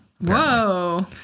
Whoa